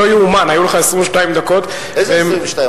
לא יאומן, היו לך 22 דקות, איזה 22?